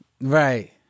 Right